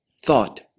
thought